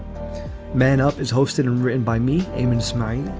man up is hosted and written by me, ayman smiley.